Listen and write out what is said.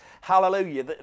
hallelujah